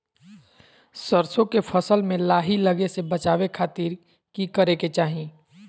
सरसों के फसल में लाही लगे से बचावे खातिर की करे के चाही?